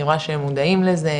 אני רואה שהם מודעים לזה,